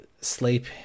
sleep